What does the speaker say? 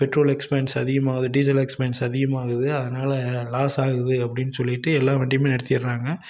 petrol expense அதிகமாகுது diesel expense அதிகமாகுது அதனால் லாஸ் ஆகுது அப்படின்னு சொல்லிவிட்டு எல்லா வண்டியுமே நிறுத்திடுறாங்க